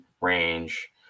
range